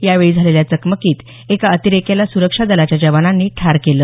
यावेळी झालेल्या चकमकीत एका अतिरेक्याला सुरक्षा दलाच्या जवानांनी ठार केलं